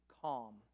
calm